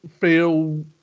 feel –